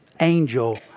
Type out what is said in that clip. angel